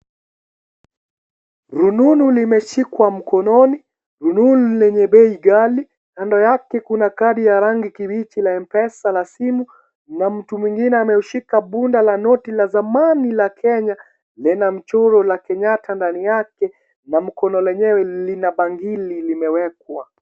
Rununu limeshiwka mkononi , rununu lenye bei ghali , kando yake kuna kadi ya rangi kibichi la Mpesa la simu na mtu mwingine ameushika bunda la noti la zamani la Kenya linamchoro wa kenyatta ndani yake na mkono lenyewe lina bangili limewekwa.